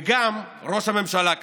וגם ראש הממשלה כשל.